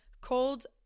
cold